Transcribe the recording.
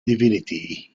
divinity